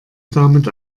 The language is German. damit